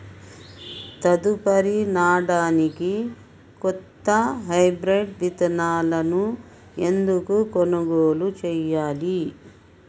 తదుపరి నాడనికి కొత్త హైబ్రిడ్ విత్తనాలను ఎందుకు కొనుగోలు చెయ్యాలి?